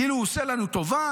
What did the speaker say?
כאילו שהוא עושה לנו טובה.